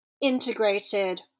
integrated